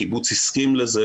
הקיבוץ הסכים לזה,